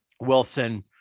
Wilson